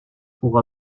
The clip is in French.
pour